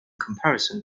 comparison